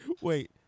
Wait